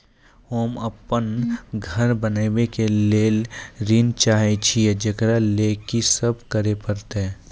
होम अपन घर बनाबै के लेल ऋण चाहे छिये, जेकरा लेल कि सब करें परतै?